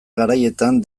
garaietan